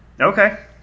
Okay